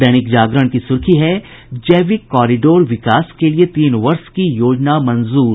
दैनिक जागरण की सुर्खी है जैविक कॉरिडोर विकास के लिए तीन वर्ष की योजना मंजूर